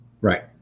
Right